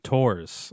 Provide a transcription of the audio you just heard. Tours